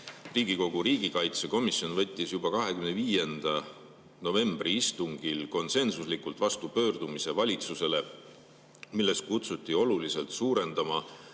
Riigikogu riigikaitsekomisjon võttis juba 25. novembri istungil konsensuslikult vastu pöördumise valitsusele, milles kutsuti oluliselt suurendama